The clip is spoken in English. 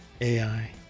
AI